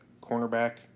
cornerback